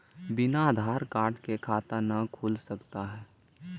बिना आधार कार्ड के खाता न खुल सकता है?